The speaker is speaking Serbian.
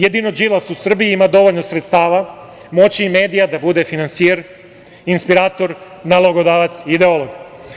Jedino Đilas u Srbiji ima dovoljno sredstava, moći i medija da bude finansijer, inspirator, nalogodavac, ideolog.